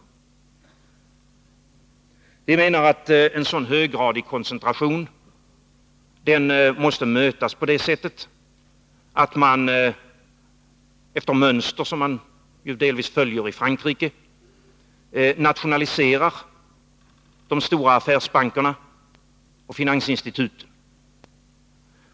Vi menar att en så höggradig koncentration måste mötas på det sättet att man efter mönster som delvis följs i Frankrike nationaliserar de stora affärsbankerna och finansinstituten.